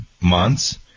months